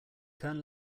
turn